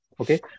okay